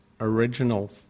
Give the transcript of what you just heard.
original